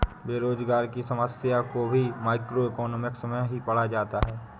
बेरोजगारी की समस्या को भी मैक्रोइकॉनॉमिक्स में ही पढ़ा जाता है